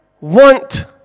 want